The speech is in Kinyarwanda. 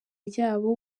ryabo